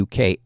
UK